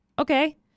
okay